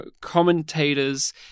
commentators